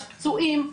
יש פצועים,